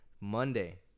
Monday